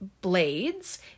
blades